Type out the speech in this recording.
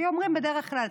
כי אומרים בדרך כלל,